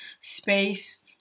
space